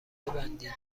ببندید